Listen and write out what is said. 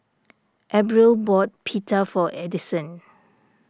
Abril bought Pita for Addyson